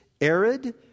arid